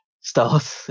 stars